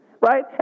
Right